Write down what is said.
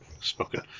spoken